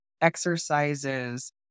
exercises